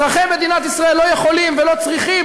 אזרחי מדינת ישראל לא יכולים ולא צריכים